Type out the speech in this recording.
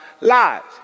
lives